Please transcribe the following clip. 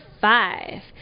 five